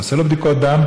אתה עושה לו בדיקות דם,